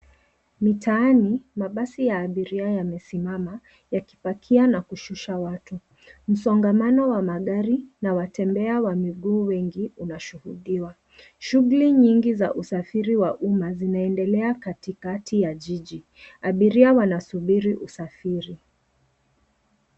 Mitaani, mabasi ya abiria yamesimama yakipakia na kushusha watu. Msonamano wa magari na watembea wa miguu wengi unashuhudiwa. Shuguli nyingi za usafiri wa umma zinaendelea katikati ya jiji. Abiria wanasubiri usafiri.